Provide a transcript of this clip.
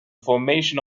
formation